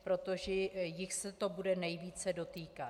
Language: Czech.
Protože jich se to bude nejvíce dotýkat.